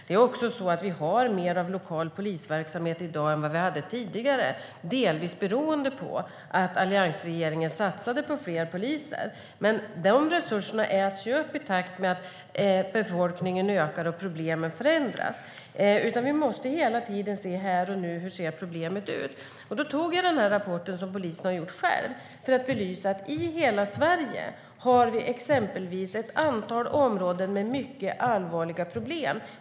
Det finns också mer av lokal polisverksamhet i dag än tidigare. Det beror delvis på att alliansregeringen satsade på fler poliser. Men de resurserna äts upp i takt med att befolkningen ökar och problemen förändras. Vi måste hela tiden se på hur problemen ser ut här och nu. Jag tog upp den rapport som polisen har gjort själv för att belysa att det i hela Sverige finns ett antal områden med mycket allvarliga problem.